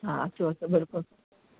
हा अचो अचो बिल्कुलु